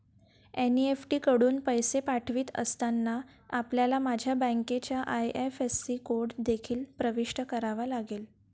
NEFT कडून पैसे पाठवित असताना, आपल्याला माझ्या बँकेचा आई.एफ.एस.सी कोड देखील प्रविष्ट करावा लागेल